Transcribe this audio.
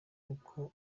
n’uko